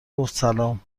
گفتسلام